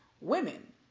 women